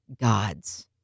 God's